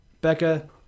Becca